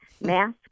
mask